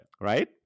Right